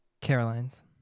Caroline's